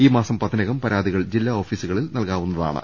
ഈ മാസം പത്തിനകം പരാതികൾ ജില്ലാ ഓഫീസുക ളിൽ നൽകാവുന്നതാണ്